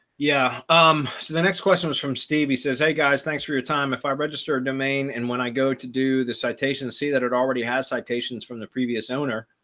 yeah um, so the next question was from steve, he says, hey, guys, thanks for your time. if i register a domain, and when i go to do the citation, see that it already has citations from the previous owner?